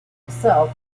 myself